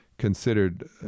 considered